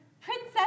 Princess